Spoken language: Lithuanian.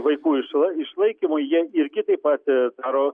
vaikų iš išlaikymui jie irgi taip pat daro